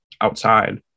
outside